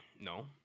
No